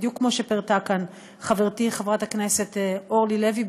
בדיוק כמו שפירטה כאן חברתי חברת הכנסת אורלי לוי,